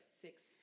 six